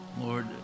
Lord